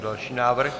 Další návrh?